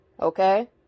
okay